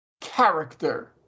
character